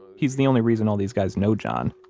he's the only reason all these guys know john